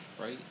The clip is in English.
right